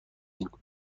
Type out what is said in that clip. میکنید